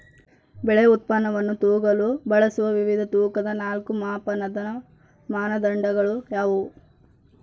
ಬೆಳೆ ಉತ್ಪನ್ನವನ್ನು ತೂಗಲು ಬಳಸುವ ವಿವಿಧ ತೂಕದ ನಾಲ್ಕು ಮಾಪನದ ಮಾನದಂಡಗಳು ಯಾವುವು?